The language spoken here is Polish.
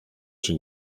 czy